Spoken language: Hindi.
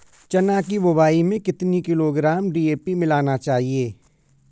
चना की बुवाई में कितनी किलोग्राम डी.ए.पी मिलाना चाहिए?